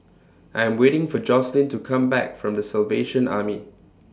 I Am waiting For Jocelynn to Come Back from The Salvation Army